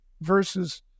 versus